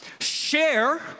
share